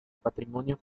patrimonio